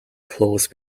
close